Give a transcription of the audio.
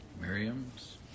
Miriam's